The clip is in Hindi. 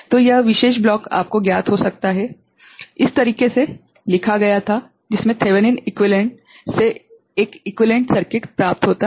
तो यह विशेष ब्लॉक आपको ज्ञात हो सकता है इस तरीके से लिखा गया था जिसमें थेवेनिन इक्विवेलेंट से एक इक्विवेलेंट सर्किट प्राप्त होता है